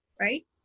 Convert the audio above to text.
right